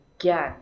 again